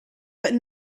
but